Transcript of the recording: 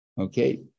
Okay